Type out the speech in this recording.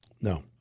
No